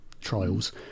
trials